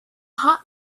hot